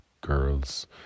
girls